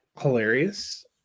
hilarious